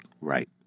Right